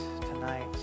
tonight